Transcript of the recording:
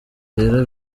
rero